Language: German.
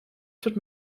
tut